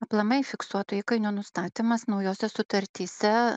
aplamai fiksuoto įkainio nustatymas naujose sutartyse